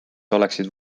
oleksid